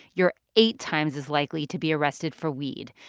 you're eight times as likely to be arrested for weed.